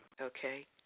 Okay